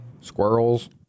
Squirrels